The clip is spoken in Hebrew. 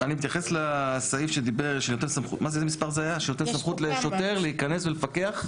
מתייחס לסעיף שנותן סמכות לשוטר להיכנס ולפקח.